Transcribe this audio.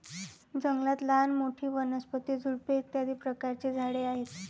जंगलात लहान मोठी, वनस्पती, झुडपे इत्यादी सर्व प्रकारची झाडे आहेत